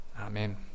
Amen